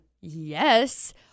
Yes